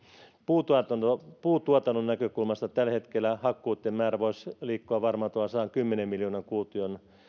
puuntuotannon puuntuotannon näkökulmasta tällä hetkellä hakkuitten määrä voisi liikkua varmaan tuolla sadankymmenen miljoonan kuution